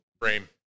frame